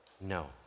No